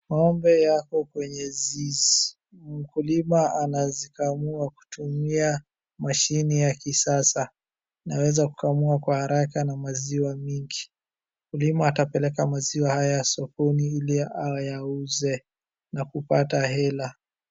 Ng'ombe yako kwenye zizi. Mkulima anazikamua kutumia mashine ya kisasa. Naweza kukamua kwa haraka na maziwa mingi. Mkulima atapeleka maziwa haya sokoni ili ayauze na kupata hela.